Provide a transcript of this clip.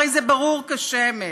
הרי זה ברור כשמש.